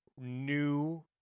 new